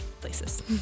places